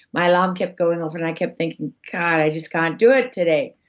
my alarm kept going off, and i kept thinking, god, i just can't do it today.